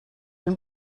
den